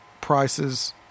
prices